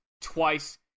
twice